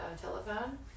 telephone